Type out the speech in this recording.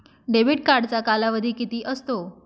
Debit कार्डचा कालावधी किती असतो?